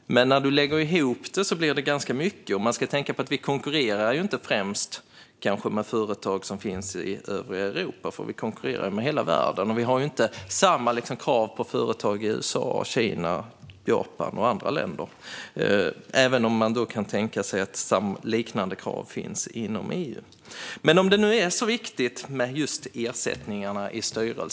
Men när man lägger ihop det blir det ganska mycket. Man ska också tänka på att vi kanske inte främst konkurrerar med företag som finns i övriga Europa, utan vi konkurrerar med hela världen. Även om man kan tänka sig att liknande krav finns inom EU har vi ju inte samma krav på företag i USA, Kina, Japan och andra länder.